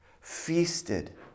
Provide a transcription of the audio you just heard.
feasted